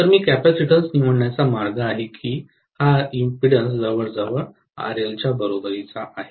तर मी कपॅसिटीन्स निवडण्याचा मार्ग आहे की हा इम्पीडंस जवळजवळ RL च्या बरोबरीचा आहे